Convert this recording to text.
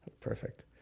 Perfect